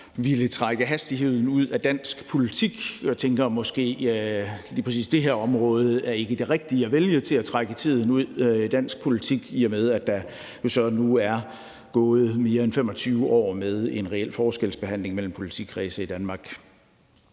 ville trække hastigheden ud af dansk politik. Jeg tænker, at måske lige præcis det her område ikke er det rigtige at vælge til at trække tiden ud i dansk politik, i og med at der så nu er gået mere end 25 år med en reel forskelsbehandling mellem politikredse i Danmark.